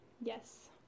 Yes